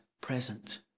present